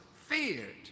feared